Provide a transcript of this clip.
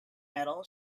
metal